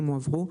אם הועברו,